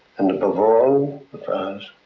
and above all, as